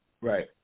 Right